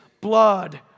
blood